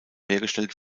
hergestellt